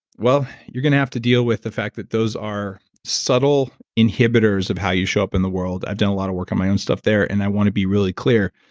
well you're going to have to deal with the fact that those are subtle inhibitors of how you show up in the world. i've done a lot of work on my own stuff there and i want to be really clear,